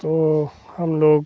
तो हम लोग